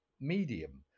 medium